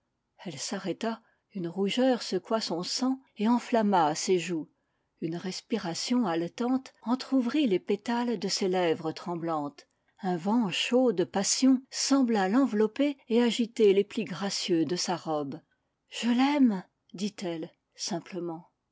elle s'arrêta une rougeur secoua son sang et en tlamma ses joues une respiration haletante entrouvrit les pétales de ses lèvres tremblantes un vent chaud de passion sembla l'envelopper et agiter les plis gracieux de sa robe je l'aime dit-elle